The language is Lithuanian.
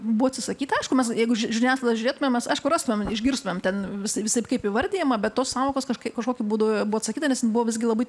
buvo atsisakyta aišku jeigu ži žiniasklaida žiūrėtumėm mes aišku rastumėm išgirstumėm ten visai visaip kaip įvardijama bet tos sąvokos kažkaip kažkokiu būdu buvo atsakyta nes buvo visgi labai